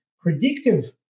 predictive